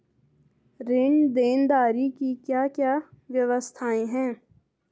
ऋण देनदारी की क्या क्या व्यवस्थाएँ हैं?